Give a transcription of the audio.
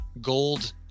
gold